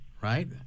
right